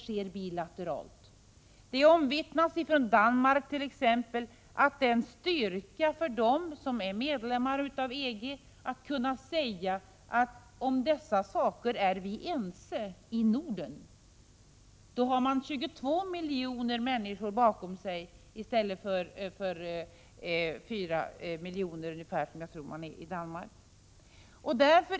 Det är omvittnat t.ex. från Danmark att det är en styrka för Danmark såsom medlem i EG att kunna säga: Om dessa saker är vi ense i Norden. Då har man 22 miljoner människor bakom sig i stället för 4 miljoner danskar.